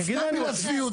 על מה אתה מדבר.